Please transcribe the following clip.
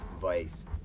vice